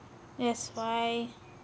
that's why